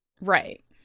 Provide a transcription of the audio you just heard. Right